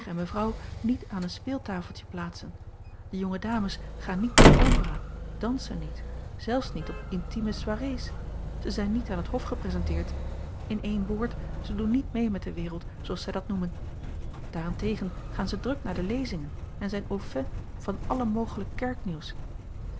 mevrouw niet aan een speeltafeltje plaatsen de jonge dames gaan niet naar de opera dansen niet zelfs niet op intieme soirées ze zijn niet aan het hof gepresenteerd in één woord zij doen niet mee met de wereld zooals zij dat noemen daarentegen gaan ze druk naar de lezingen en zijn au fait van alle mogelijk